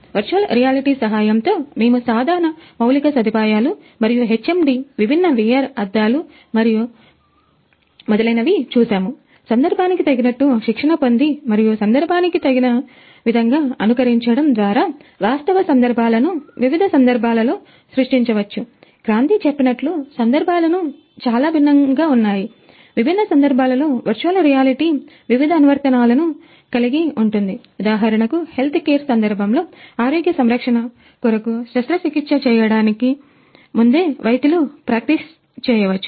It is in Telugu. వర్చువల్ రియాలిటీ ఆరోగ్య సంరక్షణ కొరకు శస్త్రచికిత్స చేయటానికి ముందే వైద్యులు ప్రాక్టీస్ చేయవచ్చు